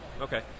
Okay